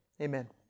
Amen